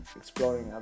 exploring